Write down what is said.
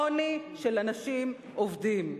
עוני של אנשים עובדים.